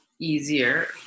easier